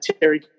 terry